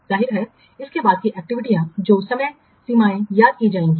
जाहिर है इसके बाद की एक्टिविटीयां जो समय सीमाएं याद की जाएंगी